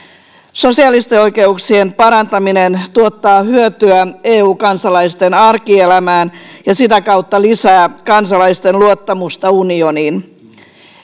sosiaalisten oikeuksien parantaminen tuottaa hyötyä eu kansalaisten arkielämään ja sitä kautta lisää kansalaisten luottamusta unioniin